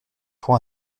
pour